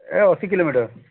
ଏ ଅସି kilo metre